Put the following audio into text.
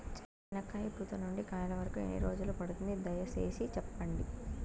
చెనక్కాయ పూత నుండి కాయల వరకు ఎన్ని రోజులు పడుతుంది? దయ సేసి చెప్పండి?